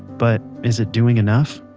but, is it doing enough?